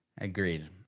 Agreed